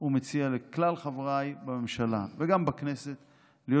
ומציע לכלל חבריי בממשלה וגם בכנסת להיות